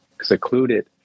secluded